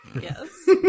Yes